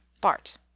Bart